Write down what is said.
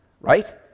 right